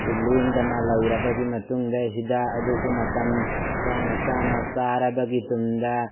ꯂꯦꯡꯗꯅ ꯂꯩꯔꯕꯒꯤ ꯃꯇꯨꯡꯗ ꯍꯤꯗꯥꯛ ꯑꯗꯨꯁꯨ ꯃꯇꯝ ꯆꯥꯅ ꯆꯥꯅ ꯆꯥꯔꯕꯒꯤ ꯇꯨꯡꯗ